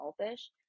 selfish